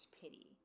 pity